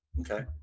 okay